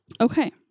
Okay